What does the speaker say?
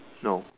no